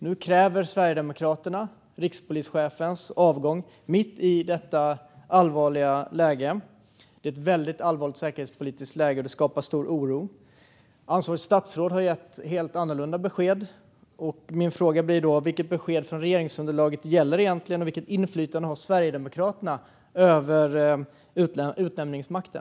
Mitt i detta säkerhetspolitiskt väldigt allvarliga läge kräver nu Sverigedemokraterna rikspolischefens avgång. Det skapar stor oro. Ansvarigt statsråd har gett ett helt annorlunda besked, och min fråga blir därför: Vilket besked från regeringsunderlaget gäller egentligen? Vilket inflytande har Sverigedemokraterna över utnämningsmakten?